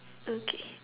okay